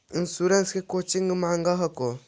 Insurance मे कौची माँग हको?